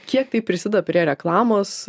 kiek tai prisideda prie reklamos